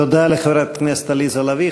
תודה לחברת הכנסת עליזה לביא.